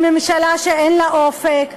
היא ממשלה שאין לה אופק.